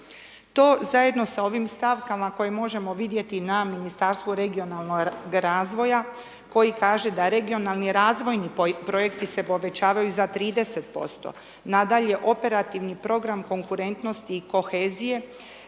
To zajedno sa ovim stavkama koje možemo vidjeti na Ministarstvu regionalnoga razvoja koja kaže da regionalni razvojni projekti se povećavaju za 30%, nadalje Operativni program konkurentnosti kohezije